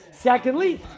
Secondly